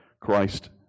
Christ